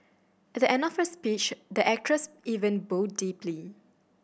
at the end of her speech the actress even bowed deeply